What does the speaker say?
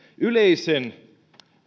yleisen